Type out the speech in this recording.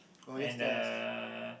and uh